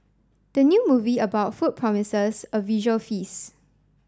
the new movie about food promises a visual feast